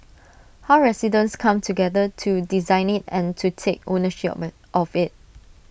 how residents come together to design IT and to take ownership of of IT